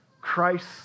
Christ